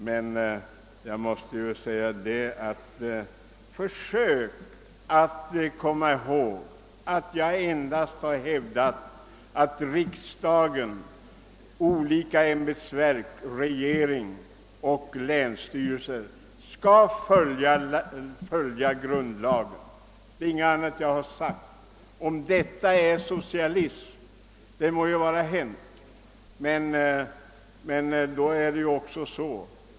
Men försök komma ihåg att jag endast har hävdat att riksdagen, olika ämbetsverk, regeringen och länsstyrelser skall följa grundlagen. Något annat har jag inte sagt. Om man vill kalla detta socialism, så må det vara hänt.